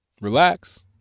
Relax